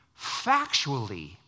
factually